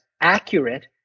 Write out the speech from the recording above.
accurate